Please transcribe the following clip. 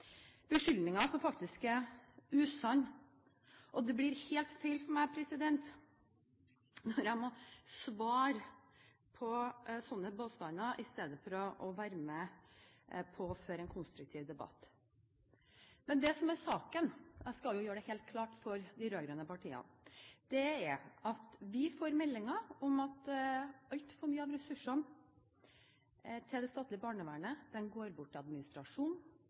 beskyldninger som faktisk er usanne. Det blir helt feil for meg når jeg må svare på sånne påstander i stedet for å være med og føre en konstruktiv debatt. Men det som er saken – jeg skal gjøre det helt klart for de rød-grønne partiene – er: Vi får meldinger om at altfor mye av ressursene til det statlige barnevernet går til administrasjon,